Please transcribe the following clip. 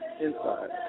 inside